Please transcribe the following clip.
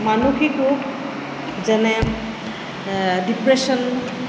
মানসিক ৰোগ যেনে ডিপ্ৰেছন